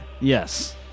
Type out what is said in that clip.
Yes